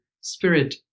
spirit